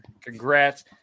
Congrats